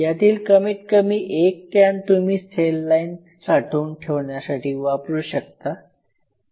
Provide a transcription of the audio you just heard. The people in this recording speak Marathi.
यातील कमीत कमी १ कॅन तुम्ही सेल लाईन साठवून ठेवण्यासाठी वापरू शकता